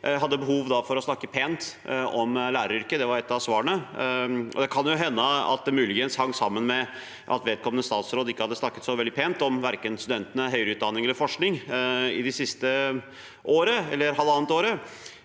hadde behov for å snakke pent om læreryrket – det var et av svarene. Det kan hende at det muligens hang sammen med at vedkommende statsråd ikke hadde snakket så veldig pent om verken studentene, høyere utdanning eller forskning det siste halvannet året.